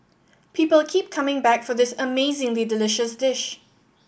people keep coming back for this amazingly delicious dish